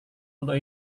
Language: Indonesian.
untuk